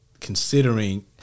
considering